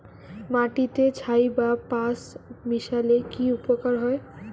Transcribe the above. মাটিতে ছাই বা পাঁশ মিশালে কি উপকার হয়?